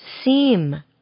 seem